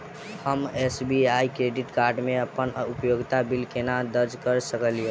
हम SBI credit card मे अप्पन उपयोगिता बिल केना दर्ज करऽ सकलिये?